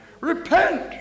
repent